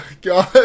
God